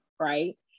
Right